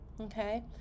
okay